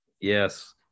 Yes